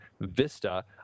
vista